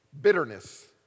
bitterness